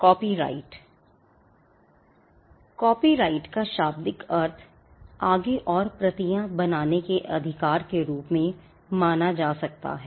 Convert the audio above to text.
copyright copyright का शाब्दिक अर्थ आगे और प्रतियां बनाने के अधिकार के रूप में माना जा सकता है